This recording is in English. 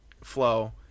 flow